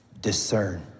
Discern